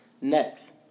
Next